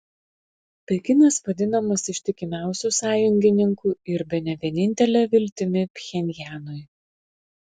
pekinas vadinamas ištikimiausiu sąjungininku ir bene vienintele viltimi pchenjanui